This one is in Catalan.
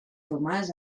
tomàs